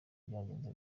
byagenze